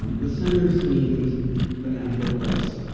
um the center seemed the natural place.